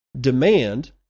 Demand